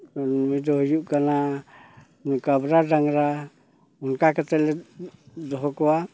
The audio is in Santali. ᱩᱱᱤ ᱫᱚᱭ ᱦᱩᱭᱩᱜ ᱠᱟᱱᱟ ᱠᱟᱵᱨᱟ ᱰᱟᱝᱨᱟ ᱚᱱᱠᱟ ᱠᱟᱛᱮ ᱞᱮ ᱫᱚᱦᱚ ᱠᱚᱣᱟ